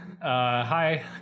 Hi